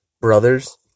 brothers